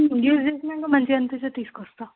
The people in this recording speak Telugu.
యూజ్ చేసినాక మంచిగా అనిపిస్తే తీసుకొస్తాను